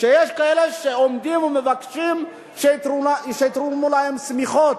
שיש כאלה שעומדים ומבקשים שיתרמו להם שמיכות,